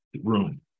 room